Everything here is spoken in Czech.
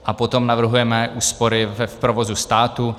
A potom navrhujeme úspory v provozu státu.